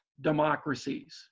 democracies